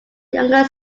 younger